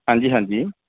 ਹਾਂਜੀ ਹਾਂਜੀ